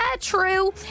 true